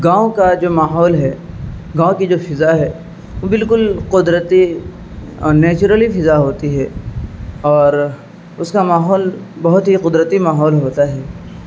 گاؤں کا جو ماحول ہے گاؤں کی جو فضا ہے وہ بالکل قدرتی اور نیچرلی فضا ہوتی ہے اور اس کا ماحول بہت ہی قدرتی ماحول ہوتا ہے